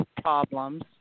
problems